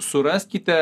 suraskite